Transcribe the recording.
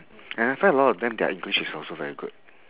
and I find a lot of them their english is also very good